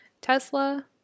Tesla